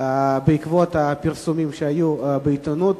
בעקבות הפרסומים שהיו בעיתונות.